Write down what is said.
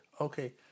Okay